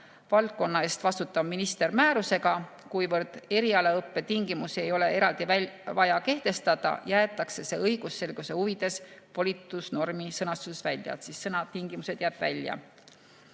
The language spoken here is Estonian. valdkonna eest vastutav minister määrusega. Kuivõrd erialaõppe tingimusi ei ole eraldi vaja kehtestada, jäetakse see õigusselguse huvides volitusnormi sõnastusest välja. Sõna "tingimused" jääb välja.